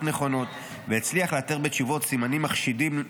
נכונות והצליח לאתר בתשובות סימנים מחשידים,